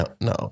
no